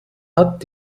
hat